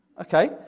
Okay